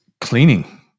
cleaning